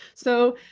so,